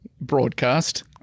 broadcast